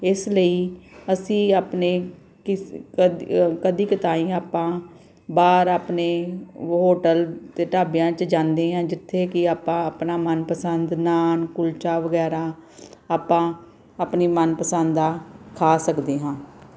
ਇਸ ਲਈ ਅਸੀਂ ਆਪਣੇ ਕਿਸ ਕਦ ਕਦੇ ਕਤਾਈਂ ਆਪਾਂ ਬਾਹਰ ਆਪਣੇ ਹੋਟਲ ਅਤੇ ਢਾਬਿਆਂ 'ਚ ਜਾਂਦੇ ਹਾਂ ਜਿੱਥੇ ਕਿ ਆਪਾਂ ਆਪਣਾ ਮਨ ਪਸੰਦ ਨਾਨ ਕੁਲਚਾ ਵਗੈਰਾ ਆਪਾਂ ਆਪਣੀ ਮਨ ਪਸੰਦ ਦਾ ਖਾ ਸਕਦੇ ਹਾਂ